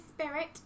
Spirit